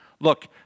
Look